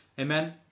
Amen